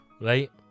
right